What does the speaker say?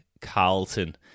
Carlton